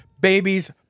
Babies